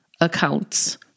accounts